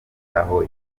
aho